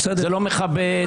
זה לא מכבד.